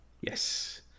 yes